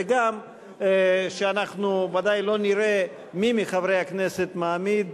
וגם שאנחנו ודאי לא נראה מי מחברי הכנסת מעמיד